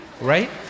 right